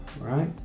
right